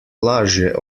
lažje